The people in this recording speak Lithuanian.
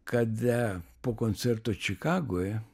kada po koncerto čikagoje